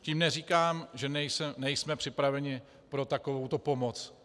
Tím neříkám, že nejsme připraveni pro takovouto pomoc.